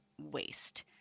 waste